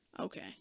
Okay